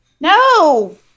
No